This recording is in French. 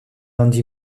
andy